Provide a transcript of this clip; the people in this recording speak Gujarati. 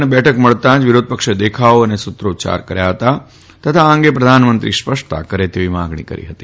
ગૃહની બેઠક મળતાં વિરોધપક્ષે દેખાવો અને સૂત્રોચ્યારો કર્યા હતા તથા આ અંગે પ્રધાનમંત્રી સ્પષ્ટતા કરે તેવી માંગણી કરી હતી